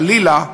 חלילה,